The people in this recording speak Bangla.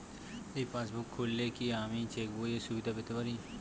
এই পাসবুক খুললে কি আমি চেকবইয়ের সুবিধা পেতে পারি?